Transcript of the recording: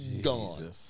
Gone